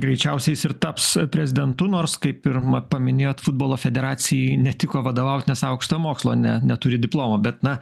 greičiausiai jis ir taps prezidentu nors kaip pirma paminėjot futbolo federacijai netiko vadovaut nes aukštojo mokslo ne neturi diplomo bet na